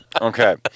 Okay